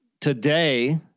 today